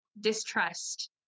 distrust